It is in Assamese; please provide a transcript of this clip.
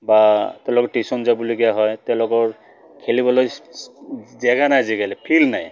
বা তেওঁলোকৰ টিউশ্যন যাবলগীয়া হয় তেওঁলোকৰ খেলিবলৈ জেগা নাই আজিকালি ফিল্ড নাই